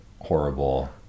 horrible